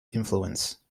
influence